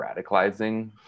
radicalizing